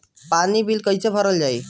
पानी बिल कइसे भरल जाई?